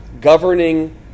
governing